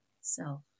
self